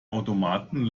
automaten